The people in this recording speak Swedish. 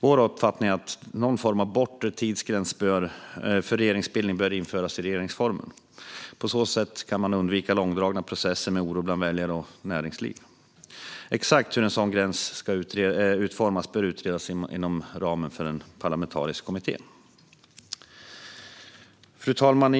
Vår uppfattning är att någon form av bortre tidsgräns för regeringsbildning bör införas i regeringsformen. På så sätt kan man undvika långdragna processer med oro bland väljare och näringsliv. Exakt hur en sådan gräns ska utformas bör utredas inom ramen för en parlamentarisk kommitté. Fru talman!